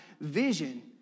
vision